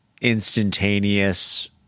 instantaneous